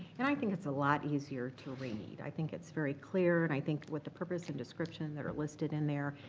and i think it's a lot easier to read. i think it's very clear and i think what the purpose and description that are listed in there,